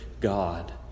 God